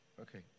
Okay